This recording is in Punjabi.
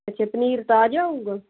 ਅੱਛਾ ਪਨੀਰ ਤਾਜ਼ਾ ਹੋਉਗਾ